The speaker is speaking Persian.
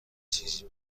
چیزی